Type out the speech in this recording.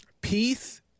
Peace